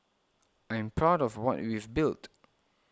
I'm proud of what we've built